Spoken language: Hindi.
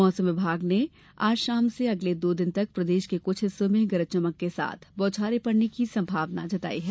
मौसम विभाग के अनुसार आज शाम से अगले दो दिन तक प्रदेश के कुछ हिस्सों में गरज चमक के साथ बौछारे पड़ने की संभावना है